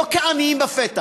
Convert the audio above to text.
לא כעניים בפתח.